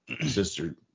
sister